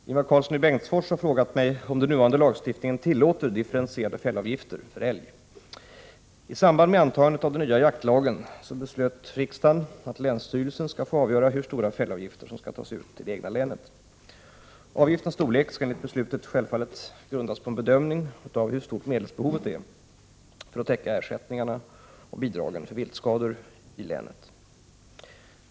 Herr talman! Ingvar Karlsson i Bengtsfors har frågat mig om den nuvarande lagstiftningen tillåter differentierade fällavgifter. I samband med antagandet av den nya jaktlagen beslutade riksdagen att länsstyrelsen skall få avgöra hur stora fällavgifter som skall tas ut i det egna länet. Avgiftens storlek skall enligt beslutet självfallet grundas på en bedömning av hur stort medelsbehovet är för att täcka ersättningarna och bidragen för viltskadorna i länet.